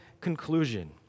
conclusion